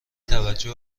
توجه